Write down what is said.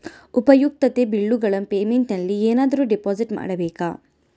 ಉಪಯುಕ್ತತೆ ಬಿಲ್ಲುಗಳ ಪೇಮೆಂಟ್ ನಲ್ಲಿ ಏನಾದರೂ ಡಿಪಾಸಿಟ್ ಮಾಡಬೇಕಾ?